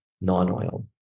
non-oil